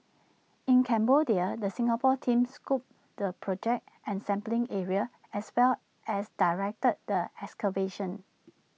in Cambodia the Singapore team scoped the project and sampling area as well as directed the excavation